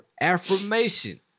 affirmation